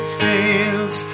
fails